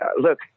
look